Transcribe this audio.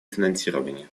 финансирования